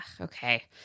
Okay